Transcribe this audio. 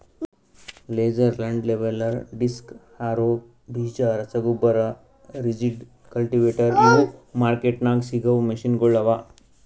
laser land leveller, disc harrow, ಬೀಜ ರಸಗೊಬ್ಬರ, rigid, cultivator ಇವು ಮಾರ್ಕೆಟ್ದಾಗ್ ಸಿಗವು ಮೆಷಿನಗೊಳ್ ಅವಾ